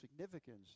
significance